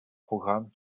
programmes